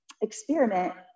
experiment